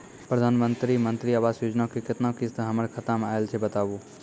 प्रधानमंत्री मंत्री आवास योजना के केतना किस्त हमर खाता मे आयल छै बताबू?